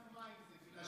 גם לדגימת מים זה מילה,